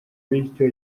bityo